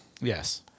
Yes